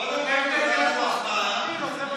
קודם כול תודה על המחמאה,